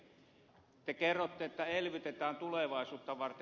nyt te kerrotte että elvytetään tulevaisuutta varten